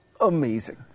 amazing